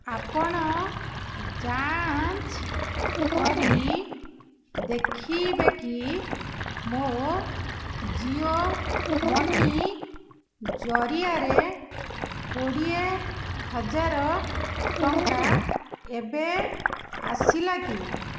ଆପଣ ଯାଞ୍ଚ କରି ଦେଖିବେକି ମୋ ଜିଓ ମନି ଜରିଆରେ କୋଡ଼ିଏ ହଜାର ଟଙ୍କା ଏବେ ଆସିଲାକି